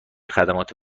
خدمات